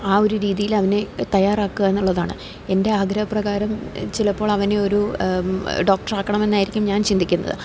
ആ ഒരു രീതിയിൽ അവനെ തയ്യാറാക്കുക എന്നുള്ളതാണ് എൻ്റെ ആഗ്രഹപ്രകാരം ചിലപ്പോൾ അവനെ ഒരു ഡോക്ടറാക്കണമെന്നായിരിക്കും ഞാൻ ചിന്തിക്കുന്നത്